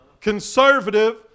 conservative